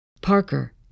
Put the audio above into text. Parker